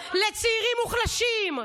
לצעירים מוחלשים,